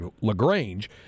LaGrange